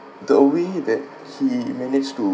the way that he managed to